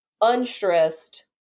unstressed